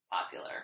popular